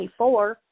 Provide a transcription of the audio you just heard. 24